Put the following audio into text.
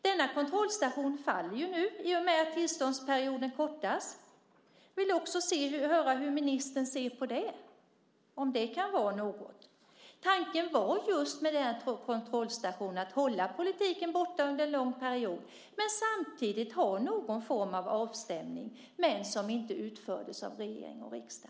Denna kontrollstation faller ju nu i och med att tillståndsperioden kortas. Jag vill höra hur ministern ser på det. Kan det vara något? Tanken med kontrollstationen var just att hålla politiken borta under en lång period, men samtidigt ha någon form av avstämning som inte utfördes av regering och riksdag.